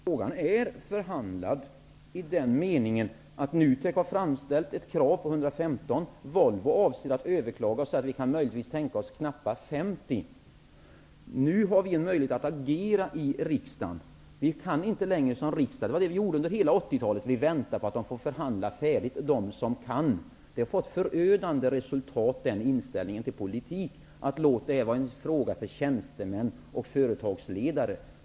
Herr talman! Frågan är förhandlad i den meningen att NUTEK har framställt ett krav på 115 miljoner. Volvo avser dock att överklaga. Möjligtvis kan man tänka sig knappt 50 miljoner. Nu har vi i riksdagen möjlighet att agera. Vi kan inte längre, som vi gjorde under hela 80-talet, vänta på att man förhandlat färdigt. Den inställningen till politiken -- alltså att man skall låta det vara en fråga för tjänstemän och företagsledare -- har redan fått förödande konsekvenser.